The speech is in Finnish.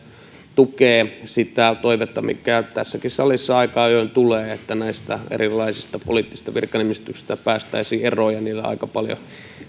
tukee sitä toivetta mikä tässäkin salissa aika ajoin tulee että näistä erilaisista poliittisista virkanimityksistä päästäisiin eroon ja aika paljon